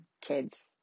kids